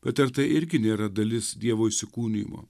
bet ar tai irgi nėra dalis dievo įsikūnijimo